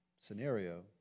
scenario